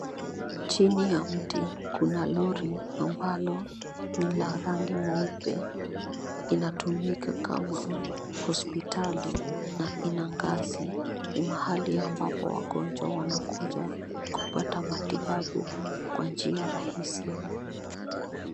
Chini ya mti kuna lori ambalo ni la rangi mweupe. Inatumika kama hospitali na ina ngazi. Ni mahali ambapo wagonjwa wanakuja kupata matibabu kwa njia rahisi.